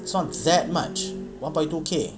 so on that much one point two K